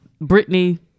Britney